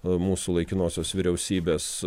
mūsų laikinosios vyriausybės